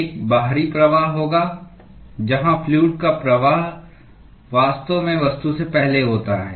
एक बाहरी प्रवाह होगा जहां फ्लूअड का प्रवाह वास्तव में वस्तु से पहले होता है